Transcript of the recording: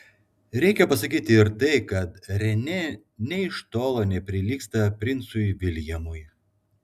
reikia pasakyti ir tai kad renė nė iš tolo neprilygsta princui viljamui